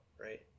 right